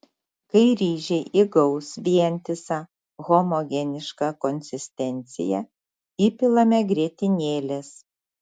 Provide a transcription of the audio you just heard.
kai ryžiai įgaus vientisą homogenišką konsistenciją įpilame grietinėlės